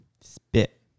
Spit